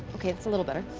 okay, that's a little better.